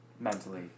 mentally